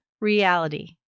reality